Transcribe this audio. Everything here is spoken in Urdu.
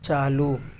چالو